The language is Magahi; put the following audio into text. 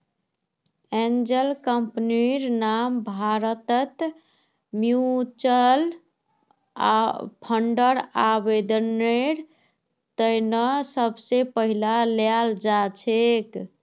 एंजल कम्पनीर नाम भारतत म्युच्युअल फंडर आवेदनेर त न सबस पहले ल्याल जा छेक